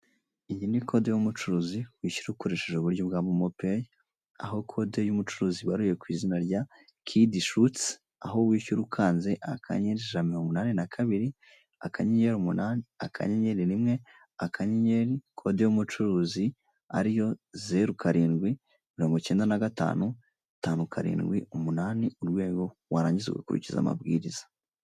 Iyi ni kode y'umucuruzi wishyura ukoresheje uburyo bwa momo peyi aho kode kode ibaruye kw'izina rya "KIDDY SHOTZ", aho wishyura ukanze akanyenyeri ijana na mirongo inani na kabiri, akanyenyeri umunani, akanyenyeri rimwe akanyenyeri kode y'umucuruzi ariyo zeru, karindwi, mirongo cyenda na gatanu, itanu karindwi, umunani, urwego warangiza ugakurikiza amabwiriza.